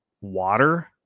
water